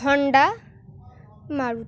Honda Maruti